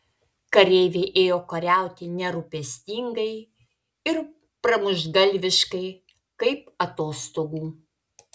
kareiviai ėjo kariauti nerūpestingai ir pramuštgalviškai kaip atostogų